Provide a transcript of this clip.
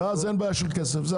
ואז אין בעיה של כסף.